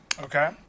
Okay